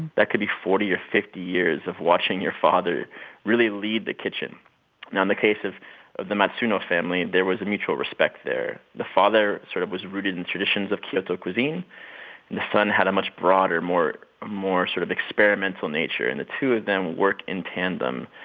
that could be forty or fifty years of watching your father really lead the kitchen in um the case of of the matsuno family, there was a mutual respect there. the father sort of was rooted in traditions of kyoto cuisine, and the son had a much broader, more more sort of experimental nature. and the two of them work in tandem,